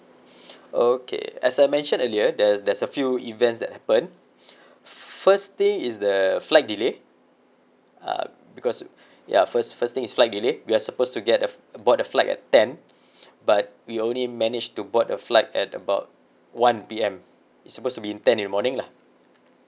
okay as I mentioned earlier there's there's a few events that happened first thing is the flight delay uh because ya first first thing is flight delay we're supposed to get aboard the flight at ten but we only managed to board the flight at about one P_M it's supposed to be ten in the morning lah